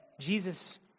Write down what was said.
Jesus